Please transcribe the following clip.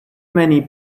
many